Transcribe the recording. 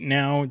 now